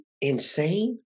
insane